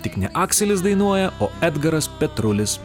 tik ne akselis dainuoja o edgaras petrulis